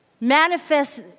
manifest